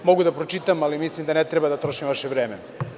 Mogu da pročitam, ali mislim da ne treba da trošim vaše vreme.